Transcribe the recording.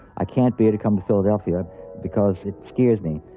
i can't bear to come to philadelphia because it scares me.